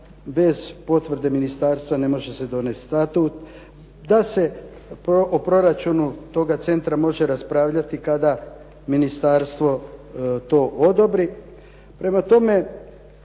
7. bez potvrde ministarstva ne može se donesti statut, da se o proračunu toga centra može raspravljati kada ministarstvo to odobri.